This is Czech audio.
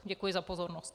Děkuji za pozornost.